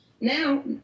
now